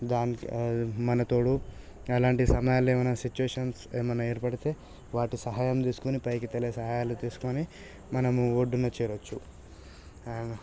దానికి మన తోడు అలాంటి సమయాలు ఏమైనా సిచువేషన్స్ ఏమైనా ఏర్పడితే వాటి సహాయం తీసుకుని పైకితేలే సహాయాలు తీసుకొని మనం ఒడ్డున చేరచ్చు